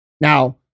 Now